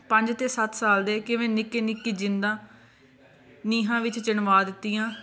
ਪੰਜ ਅਤੇ ਸੱਤ ਸਾਲ ਦੇ ਕਿਵੇਂ ਨਿੱਕੇ ਨਿੱਕੀ ਜ਼ਿੰਦਾਂ ਨੀਹਾਂ ਵਿੱਚ ਚਿਣਵਾ ਦਿੱਤੀਆਂ